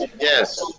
Yes